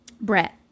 Brett